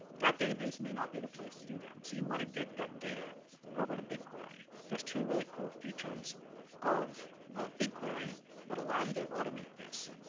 that database may not be the place to do them. so you want to get that data over to bigquery. there's two really cool features of of bigquery that allow you to automate this.